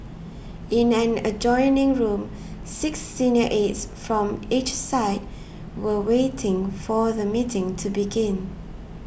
in an adjoining room six senior aides from each side were waiting for the meeting to begin